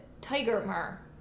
tiger-mer